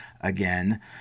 again